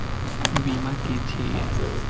बीमा की छी ये?